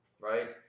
right